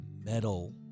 metal